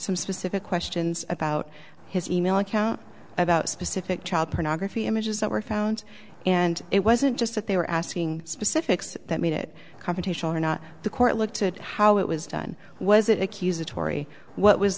some specific questions about his e mail account about specific child pornography images that were found and it wasn't just that they were asking specifics that made it a competition or not the court looked at how it was done was it accusatory what was